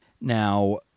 Now